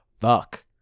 fuck